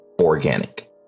organic